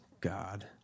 God